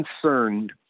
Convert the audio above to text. concerned